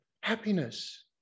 happiness